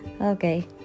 Okay